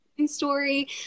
story